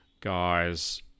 guys